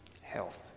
health